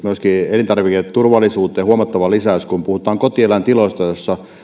elintarviketurvallisuuteen huomattava lisäys kun puhutaan kotieläintiloista joissa